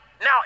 now